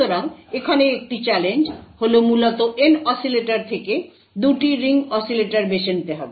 সুতরাং এখানে একটি চ্যালেঞ্জ হল মূলত N অসিলেটর থেকে 2টি রিং অসিলেটর বেছে নিতে হবে